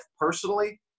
personally